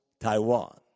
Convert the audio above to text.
Taiwan